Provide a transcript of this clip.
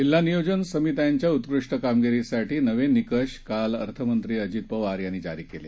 जिल्हा नियोजन समित्यांच्या उत्कृष्ट कामगिरीसाठी नवे निकष काल अर्थमंत्री अजित पवार यांनी जारी केले